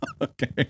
Okay